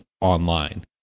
online